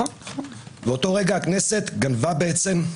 באותו רגע, הכנסת גנבה את